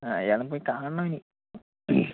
ആ ഏതായാലും പോയിക്കാണണം ഇനി